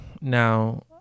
now